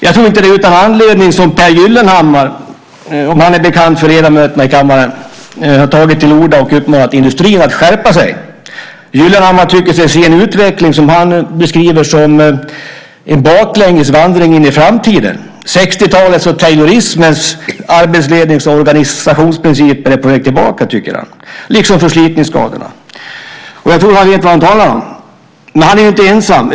Jag tror inte att det är utan anledning som Pehr G. Gyllenhammar, om han är bekant för ledamöterna i kammaren, har tagit till orda och uppmanat industrin att skärpa sig. Gyllenhammar tycker sig se en utveckling som han beskriver som en vandring baklänges in i framtiden. 1960-talets och taylorismens arbetslednings och organisationsprinciper är på väg tillbaka, tycker han, liksom förslitningsskadorna. Och jag tror att han vet vad han talar om. Men han är ju inte ensam.